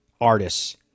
artists